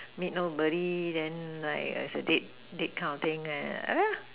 meet nobody then like as a date date kind of thing and I